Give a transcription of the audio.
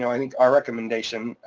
i think our recommendation,